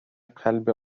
قلب